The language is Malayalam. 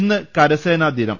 ഇന്ന് കരസേനാദിനം